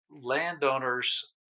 landowners